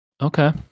Okay